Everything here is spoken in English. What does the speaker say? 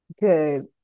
Good